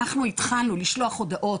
כי בנקודה הראשונה אנחנו התחלנו לשלוח הודעות